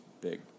big